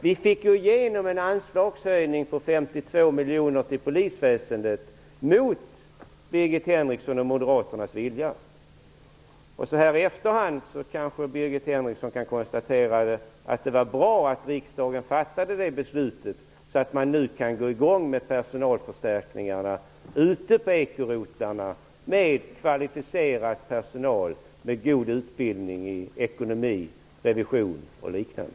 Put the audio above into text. Vi fick ju igenom en anslagshöjning på 52 miljoner till polisväsendet mot Birgit Henrikssons och moderaternas vilja. Så här i efterhand kanske Birgit Henriksson kan konstatera att det var bra att riksdagen fattade det beslutet, så att man kan gå i gång med personalförstärkningarna ute på ekorotlarna och få kvalificerad personal med god utbildning i ekonomi, revision och liknande.